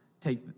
take